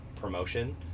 promotion